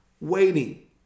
waiting